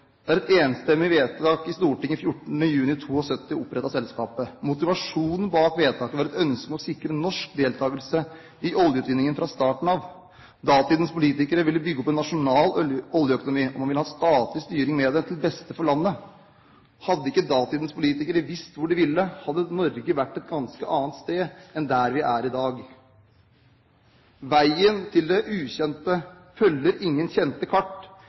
et enstemmig vedtak i Stortinget 14. juni 1972 opprettet selskapet. Motivasjonen bak vedtaket var et ønske om å sikre norsk deltakelse i oljeutvinningen fra starten av. Datidens politikere ville bygge opp en nasjonal oljeøkonomi, og de ville ha statlig styring med det til beste for landet. Hadde ikke datidens politikere visst hvor de ville, hadde Norge vært et ganske annet sted enn der vi er i dag. Veien til det ukjente følger ingen kjente kart.